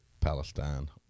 Palestine